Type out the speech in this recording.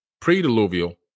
pre-diluvial